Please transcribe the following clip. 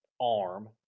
arm